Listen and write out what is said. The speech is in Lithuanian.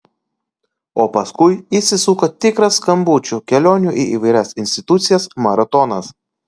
o paskui įsisuko tikras skambučių kelionių į įvairias institucijas maratonas